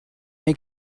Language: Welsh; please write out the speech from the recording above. mae